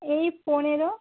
এই পনেরো